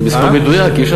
זה מספר מדויק.